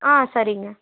ஆ சரிங்க